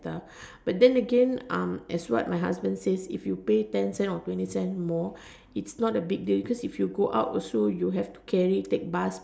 but then again um as what my husband says if you pay ten cents or twenty cents more it's not a big deal because if you go out also you have to carry take bus